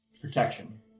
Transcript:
protection